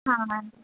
ہاں ہاں